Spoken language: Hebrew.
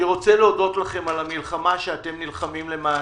אני רוצה להודות לכם על המלחמה שאתם נלחמים למעננו.